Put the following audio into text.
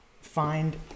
find